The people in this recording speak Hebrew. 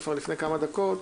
כבר לפני כמה דקות,